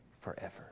forever